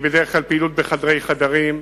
בדרך כלל היא בחדרי חדרים,